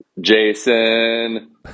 Jason